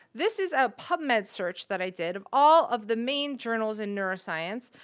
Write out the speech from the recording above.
this is a pubmed search that i did of all of the main journals in neuroscience,